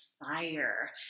fire